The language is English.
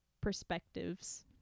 perspectives